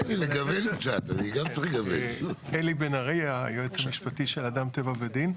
אלי בן ארי, היועץ המשפטי של אדם טבע ודין.